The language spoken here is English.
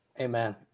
Amen